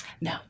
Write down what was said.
No